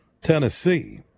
Tennessee